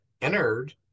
entered